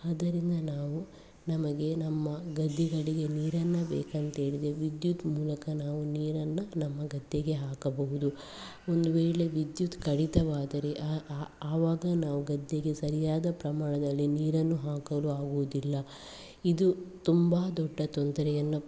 ಆದರಿಂದ ನಾವು ನಮಗೆ ನಮ್ಮ ಗದ್ದೆಗಳಿಗೆ ನೀರನ್ನು ಬೇಕಂತ ಹೇಳಿದರೆ ವಿದ್ಯುತ್ ಮೂಲಕ ನಾವು ನೀರನ್ನು ನಮ್ಮ ಗದ್ದೆಗೆ ಹಾಕಬಹುದು ಒಂದು ವೇಳೆ ವಿದ್ಯುತ್ ಕಡಿತವಾದರೆ ಅವಾಗ ನಾವು ಗದ್ದೆಗೆ ಸರಿಯಾದ ಪ್ರಮಾಣದಲ್ಲಿ ನೀರನ್ನು ಹಾಕಲು ಆಗುವುದಿಲ್ಲ ಇದು ತುಂಬ ದೊಡ್ಡ ತೊಂದರೆಯನ್ನು